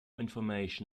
information